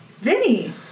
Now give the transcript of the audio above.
Vinny